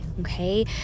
Okay